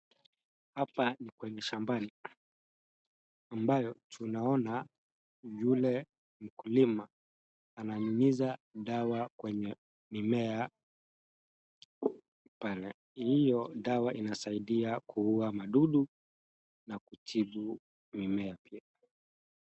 Hapa ni kwenye shambani ambayo tunaona yule mkulima ananyunyiza dawa kwenye mimea pale. Hio dawa inasaidia kuua madudu na kutibu mimea.